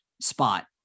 spot